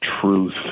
truth